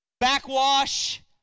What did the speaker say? Backwash